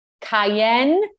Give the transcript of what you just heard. cayenne